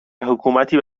حکومتی